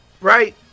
right